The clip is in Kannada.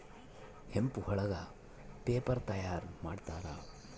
ಹೆಂಪ್ ಒಳಗ ಪೇಪರ್ ತಯಾರ್ ಮಾಡುತ್ತಾರೆ